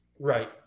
right